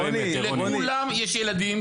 בסוף רוצים פתרונות.